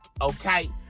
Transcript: okay